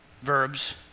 verbs